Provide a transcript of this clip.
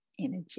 energy